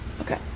Okay